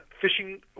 fishing